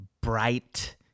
bright